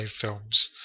films